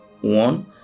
one